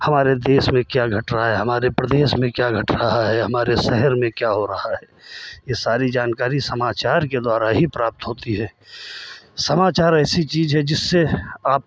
हमारे देश में क्या घट रहा है हमारे प्रदेश में क्या घट रहा है हमारे शहर में क्या हो रहा है यह सारी जानकारी समाचार के द्वारा ही प्राप्त होती है समाचार ऐसी चीज़ है जिससे आप